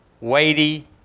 weighty